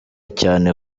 cyane